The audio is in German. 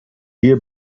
ehe